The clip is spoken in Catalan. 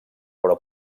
però